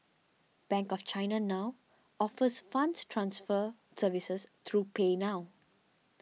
Bank of China now offers funds transfer services through PayNow